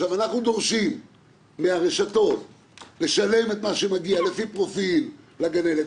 אנחנו דורשים מהרשתות לשלם את מה שמגיע לפי פרופיל לגננת.